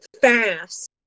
fast